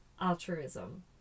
altruism